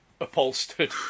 upholstered